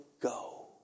go